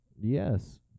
yes